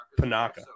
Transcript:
Panaka